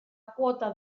quota